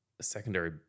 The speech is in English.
secondary